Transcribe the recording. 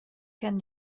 can